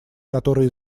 которое